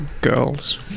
girls